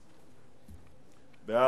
2011, לוועדת העלייה, הקליטה והתפוצות נתקבלה.